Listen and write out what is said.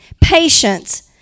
Patience